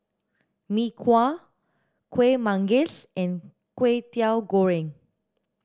mee kuah kuih manggis and kway teow goreng